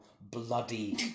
bloody